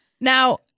Now